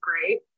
great